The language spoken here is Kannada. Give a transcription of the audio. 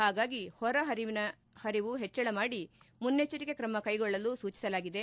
ಹಾಗಾಗಿ ಹೊರ ಹರಿವು ಹೆಚ್ಚಳ ಮಾಡಿ ಮುನ್ನೆಚ್ಚರಿಕೆ ಕ್ರಮ ಕೈಗೊಳ್ಳಲು ಸೂಚಿಸಲಾಗಿದೆ